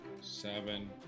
Seven